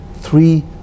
Three